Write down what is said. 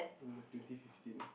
on the twenty fifteen